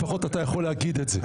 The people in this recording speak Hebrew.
לפחות אתה יכול להגיד את זה.